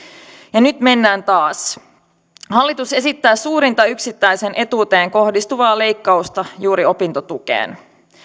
ja nyt mennään taas hallitus esittää suurinta yksittäiseen etuuteen kohdistuvaa leikkausta juuri opintotukeen